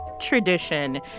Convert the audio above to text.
tradition